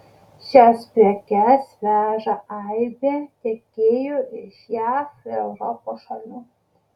šias prekes veža aibė tiekėjų iš jav ir europos šalių